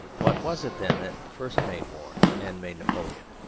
what was it then that first made war and made napoleon?